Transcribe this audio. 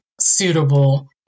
suitable